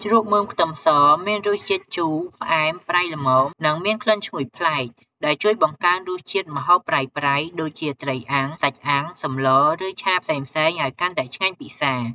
ជ្រក់មើមខ្ទឹមសមានរសជាតិជូរ ផ្អែម ប្រៃ ល្មម និងមានក្លិនឈ្ងុយប្លែក ដែលជួយបង្កើនរសជាតិម្ហូបប្រៃៗ ដូចជាត្រីអាំង សាច់អាំង សម្លរ ឬឆាផ្សេងៗ ឱ្យកាន់តែឆ្ងាញ់ពិសា។